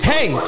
Hey